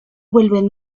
vuelven